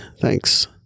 Thanks